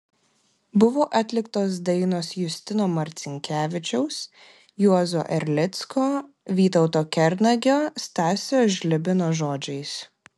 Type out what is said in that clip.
buvo atliktos dainos justino marcinkevičiaus juozo erlicko vytauto kernagio stasio žlibino žodžiais